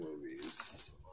movies